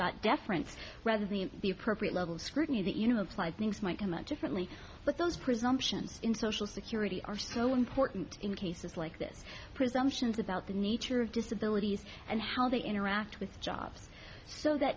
got deference rather than the the appropriate level of scrutiny that you know apply things might come out differently but those presumptions in social security are so important in cases like this presumptions about the nature of disability and how they interact with jobs so that